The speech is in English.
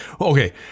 Okay